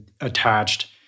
attached